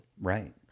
Right